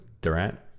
Durant